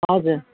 हजुर